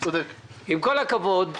עם כל הכבוד,